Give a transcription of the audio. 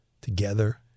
together